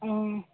অঁ